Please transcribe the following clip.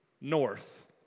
north